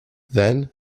then